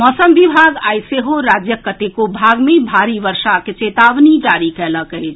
मौसम विभाग आइ सेहो राज्यक कतेको भाग मे भारी वर्षाक चेतावनी जारी कयलक अछि